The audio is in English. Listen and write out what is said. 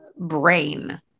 Brain